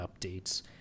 updates